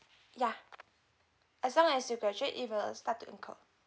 ya as long as you graduate it will start to incur